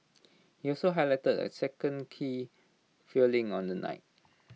he also highlighted A second key failing on the night